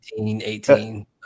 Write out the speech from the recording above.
18